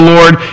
Lord